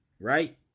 right